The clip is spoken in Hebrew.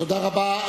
תודה רבה.